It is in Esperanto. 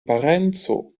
parenco